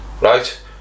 right